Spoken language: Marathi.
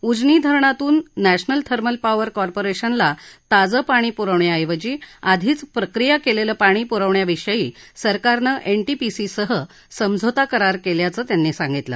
उजनी धरणातून नॅशनल थर्मल पॉवर कॉर्पोरेशनला ताजं पाणी पुरवण्याऐवजी आधीच प्रक्रिया केलेलं पाणी पुरवण्याविषयी सरकारनं एनटीपीसीसह समझोता करार केल्याचं त्यांनी सांगितलं